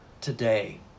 today